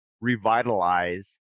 revitalize